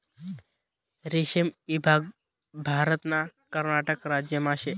रेशीम ईभाग भारतना कर्नाटक राज्यमा शे